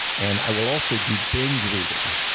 and i will also do binge reading.